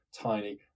tiny